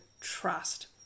trust